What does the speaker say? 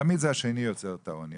תמיד זה השני יוצר את העוני.